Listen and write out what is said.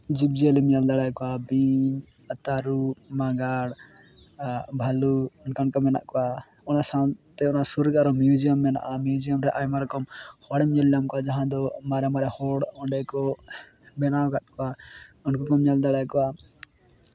ᱡᱤᱵᱽᱼᱡᱤᱭᱟᱹᱞᱤᱢ ᱧᱮᱞ ᱫᱟᱲᱮ ᱠᱚᱣᱟ ᱵᱤᱧ ᱛᱟᱹᱨᱩᱵᱽ ᱢᱟᱸᱜᱟᱲ ᱵᱷᱟᱹᱞᱩᱠ ᱚᱱᱠᱟᱱ ᱠᱚ ᱢᱮᱱᱟᱜ ᱠᱚᱣᱟ ᱚᱱᱟ ᱥᱟᱶᱛᱮ ᱚᱱᱟ ᱥᱩᱨ ᱨᱮᱜᱮ ᱟᱨᱚ ᱢᱤᱭᱩᱡᱤᱭᱟᱢ ᱢᱮᱱᱟᱜᱼᱟ ᱢᱤᱭᱩᱡᱤᱭᱟᱢ ᱨᱮ ᱟᱭᱢᱟ ᱨᱚᱠᱚᱢ ᱦᱚᱲᱮᱢ ᱧᱮᱞ ᱧᱟᱢ ᱠᱚᱣᱟ ᱡᱟᱦᱟᱸ ᱫᱚ ᱢᱟᱨᱮ ᱢᱟᱨᱮ ᱦᱚᱲ ᱚᱸᱰᱮ ᱠᱚ ᱵᱮᱱᱟᱣ ᱠᱟᱜ ᱠᱚᱣᱟ ᱩᱱᱠᱩ ᱠᱚᱢ ᱧᱮᱞ ᱫᱟᱲᱮ ᱠᱚᱣᱟ